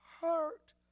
hurt